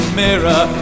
mirror